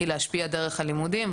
היא להשפיע באמצעות הלימודים.